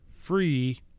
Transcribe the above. free